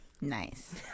Nice